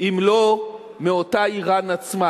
אם לא מאותה אירן עצמה?